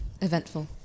eventful